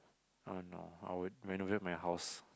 oh no I would renovate my house